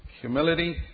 humility